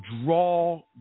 draw